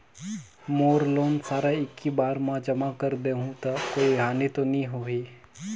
मोर loan सारा एकी बार मे जमा कर देहु तो कोई हानि तो नी होही?